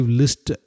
list